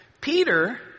Peter